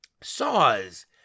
saws